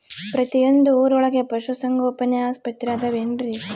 ಪ್ರತಿಯೊಂದು ಊರೊಳಗೆ ಪಶುಸಂಗೋಪನೆ ಆಸ್ಪತ್ರೆ ಅದವೇನ್ರಿ?